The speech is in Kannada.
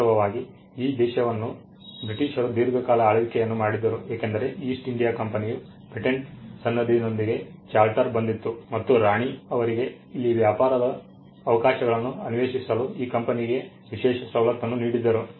ವಾಸ್ತವವಾಗಿ ಈ ದೇಶವನ್ನು ಬ್ರಿಟಿಷರು ದೀರ್ಘಕಾಲ ಆಳ್ವಿಕೆಯನ್ನು ಮಾಡಿದ್ದರು ಏಕೆಂದರೆ ಈಸ್ಟ್ ಇಂಡಿಯಾ ಕಂಪನಿಯು ಪೇಟೆಂಟ್ ಸನದಿನೊಂದಿಗೆ ಬಂದಿತು ಮತ್ತು ರಾಣಿ ಅವರಿಗೆ ಇಲ್ಲಿ ವ್ಯಾಪಾರದ ಅವಕಾಶಗಳನ್ನು ಅನ್ವೇಷಿಸಲು ಆ ಕಂಪನಿಗೆ ವಿಶೇಷ ಸವಲತನ್ನು ನೀಡಿದ್ದರು